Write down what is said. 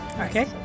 Okay